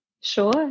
Sure